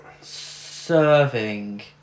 serving